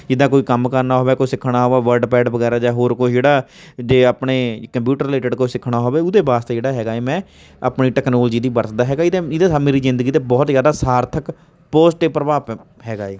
ਜਿੱਦਾਂ ਕੋਈ ਕੰਮ ਕਰਨਾ ਹੋਵੇ ਕੁਛ ਸਿੱਖਣਾ ਹੋਵੇ ਵਰਡ ਪੈਡ ਵਗੈਰਾ ਜਾਂ ਹੋਰ ਕੁਛ ਜਿਹੜਾ ਜੇ ਆਪਣੇ ਕੰਪਿਊਟਰ ਰਿਲੇਟਡ ਕੁਛ ਸਿੱਖਣਾ ਹੋਵੇ ਉਹਦੇ ਵਾਸਤੇ ਜਿਹੜਾ ਹੈਗਾ ਹੈ ਮੈਂ ਆਪਣੀ ਟਕਨੋਲਜੀ ਦੀ ਵਰਤਦਾ ਹੈਗਾ ਇਹਦਾ ਇਹਦਾ ਮੇਰੀ ਜ਼ਿੰਦਗੀ 'ਤੇ ਬਹੁਤ ਜ਼ਿਆਦਾ ਸਾਰਥਕ ਪੋਜਟਿਵ ਪ੍ਰਭਾਵ ਹੈਗਾ ਏ